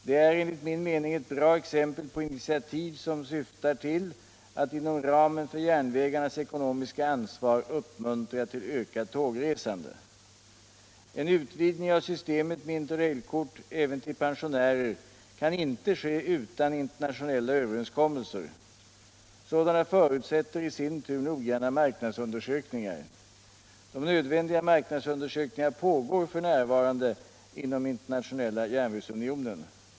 Det är enligt min mening ett bra exempel på initiativ som syftar till att inom ramen för järnvägarnas ekonomiska ansvar uppmuntra till ökat tågresande. En utvidgning av systemet med interrailkort även till pensionärer kan inte ske utan internationella överenskommelser. Sådana förutsätter i sin tur noggranna marknadsundersökningar. De nödvändiga marknadsundersökningarna pågår f.n. inom Internationella järnvägsunionen.